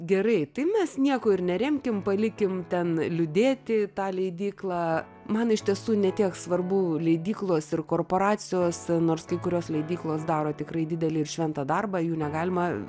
gerai tai mes nieko ir neremkim palikim ten liūdėti tą leidyklą man iš tiesų ne tiek svarbu leidyklos ir korporacijos nors kai kurios leidyklos daro tikrai didelį šventą ir darbą jų negalima